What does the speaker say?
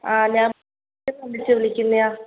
ആ ഞാൻ പരസ്യം കണ്ടിട്ട് വിളിക്കുന്നതാണ്